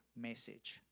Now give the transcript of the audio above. message